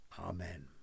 Amen